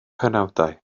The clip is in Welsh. penawdau